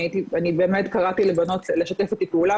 אני הייתי באמת קראתי לבנות לשתף איתי פעולה